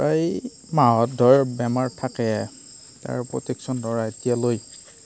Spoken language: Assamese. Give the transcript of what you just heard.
প্ৰায় মাহত ধৰ বেমাৰ থাকেয়ে তাৰ প্ৰটেকচন ধৰা এতিয়ালৈ